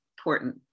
important